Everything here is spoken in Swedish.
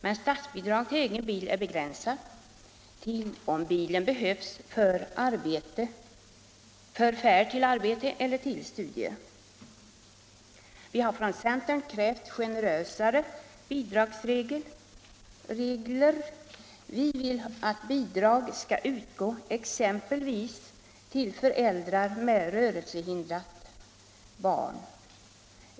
Men statsbidrag till egen bil är begränsat till om bilen behövs för färd till arbete eller till studier. Vi har från centern krävt generösare bidragsregler. Vi vill att bidrag skall utgå exempelvis till föräldrar med rörelsehindrat barn.